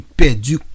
perdu